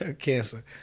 Cancer